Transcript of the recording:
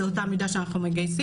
זו אותה מידה שאנחנו מגייסים.